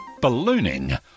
Ballooning